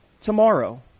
tomorrow